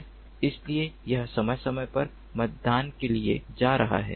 इसलिए यह समय समय पर मतदान के लिए जा रहा है